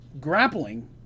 grappling